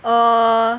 err